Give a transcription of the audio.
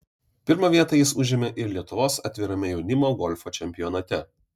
pirmą vietą jis užėmė ir lietuvos atvirame jaunimo golfo čempionate